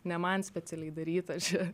ne man specialiai daryta čia